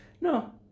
No